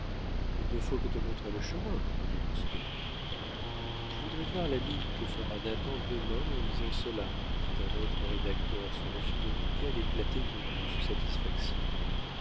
il ne faut que te montrer le chemin dit lousteau je voudrais voir la mine que fera nathan demain en lisant cela dit un autre rédacteur sur la figure duquel éclatait une douce satisfaction